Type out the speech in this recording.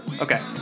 Okay